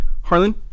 Harlan